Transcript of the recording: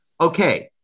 okay